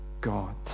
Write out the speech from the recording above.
God